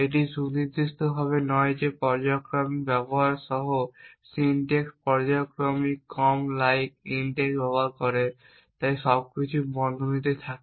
এটি সুনির্দিষ্টভাবে নয় যে পর্যায়ক্রমিক ব্যবহার সহ সিনট্যাক্স পর্যায়ক্রমিক কম লাইক ইনটেক ব্যবহার করে তাই সবকিছু বন্ধনীতে থাকে